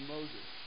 Moses